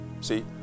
see